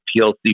PLC